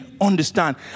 understand